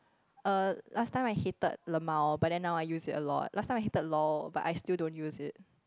err last time I hated lmao but then now I use it a lot last time I hated lol but I still don't use it